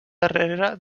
darrere